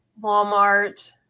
Walmart